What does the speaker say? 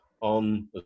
on